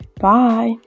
Bye